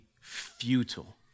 futile